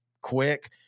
quick